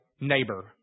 neighbor